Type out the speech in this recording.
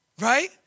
right